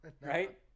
Right